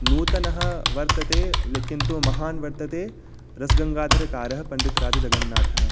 नूतनः वर्तते ले किन्तु महान् वर्तते रसगङ्गाधरकारः पण्डित राजजगन्नाथः